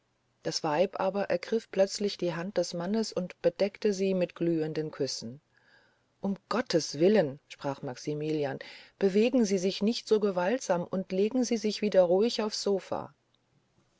das weib aber ergriff plötzlich die hand des mannes und bedeckte sie mit glühenden küssen um gottes willen sprach maximilian bewegen sie sich nicht so gewaltsam und legen sie sich wieder ruhig aufs sofa